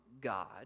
God